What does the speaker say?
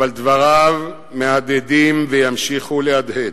אבל דבריו מהדהדים וימשיכו להדהד.